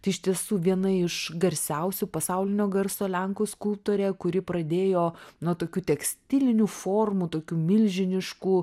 tai iš tiesų viena iš garsiausių pasaulinio garso lenkų skulptorė kuri pradėjo nuo tokių tekstilinių formų tokių milžiniškų